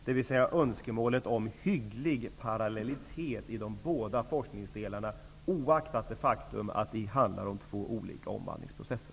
Önskemålet är alltså en hygglig parallellitet i de båda forskningsdelarna, oaktat det faktum att det handlar om två olika omvandlingsprocesser.